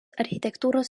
architektūros